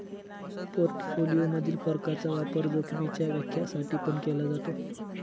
portfolio मधील फरकाचा वापर जोखीमीच्या व्याख्या साठी पण केला जातो